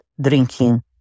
drinking